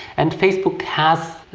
and facebook has,